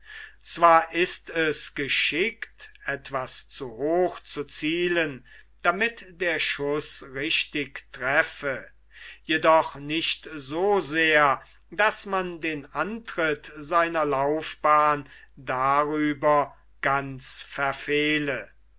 zwar ist es geschickt etwas zu hoch zu zielen damit der schuß richtig treffe jedoch nicht so sehr daß man den antritt seiner laufbahn darüber ganz verfehle